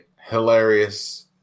hilarious